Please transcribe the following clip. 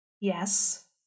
Yes